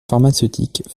pharmaceutique